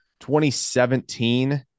2017